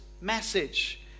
message